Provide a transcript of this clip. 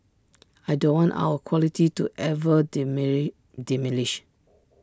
I don't want our quality to ever diminish